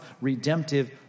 redemptive